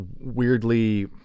weirdly